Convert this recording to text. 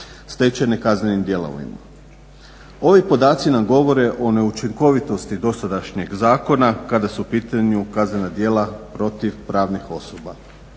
stečene kaznenim djelovanjem. Ovi podaci nam govore o neučinkovitosti dosadašnjeg zakona kada su u pitanju kaznena djela protiv pravnih osoba.